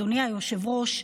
אדוני היושב-ראש,